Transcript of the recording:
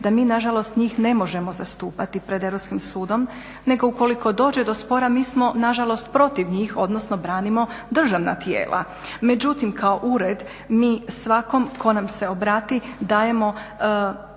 da mi nažalost njih ne možemo zastupati pred Europskim sudom, nego ukoliko dođe do spora mi smo nažalost protiv njih, odnosno branimo državna tijela. Međutim, kao ured mi svakom tko nam se obrati dajemo